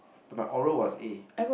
but my oral was A